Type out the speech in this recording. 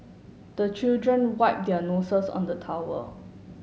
the children wipe their noses on the towel